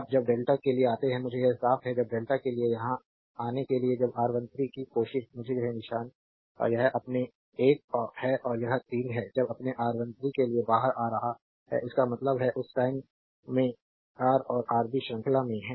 अब जब डेल्टा के लिए आते है मुझे यह साफ है जब डेल्टा के लिए यहां आने के लिए जब R13 की कोशिश मुझे यह निशान यह अपने 1 है और यह 3 है जब अपने R13 के लिए बाहर आ रहा है इसका मतलब है उस टाइम में रा और आरबी श्रृंखला में हैं